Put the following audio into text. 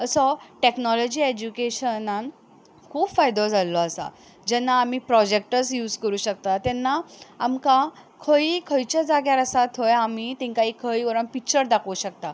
असो टॅक्नोलॉजी एज्युकेशनान खूब फायदो जाल्लो आसा जेन्ना आमी प्रोजेक्टर्स यूज करूं शकता तेन्ना आमकां खंयी खंयच्याच जाग्यार आसात थंय आमी तांकां खंय व्हरून पिच्चर दाखोवं शकता